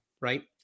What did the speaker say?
right